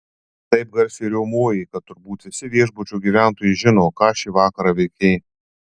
taip garsiai riaumojai kad turbūt visi viešbučio gyventojai žino ką šį vakarą veikei